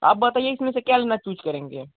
आप बताइये कि इसमें से क्या लेना चूज करेंगे